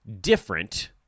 different